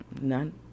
none